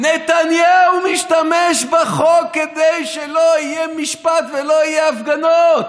נתניהו משתמש בחוק כדי שלא יהיה משפט ולא יהיו הפגנות.